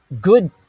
good